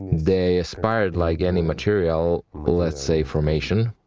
they aspired, like any material, let's say, formation,